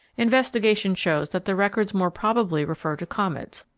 investigation shows that the records more probably refer to comets,